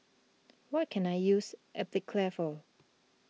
what can I use Atopiclair for